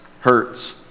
hurts